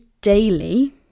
daily